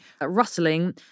rustling